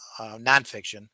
nonfiction